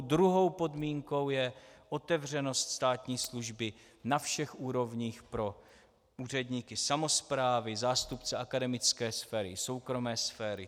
Druhou podmínkou je otevřenost státní služby na všech úrovních pro úředníky samosprávy, zástupce akademické sféry, soukromé sféry.